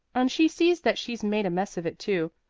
and she sees that she's made a mess of it, too,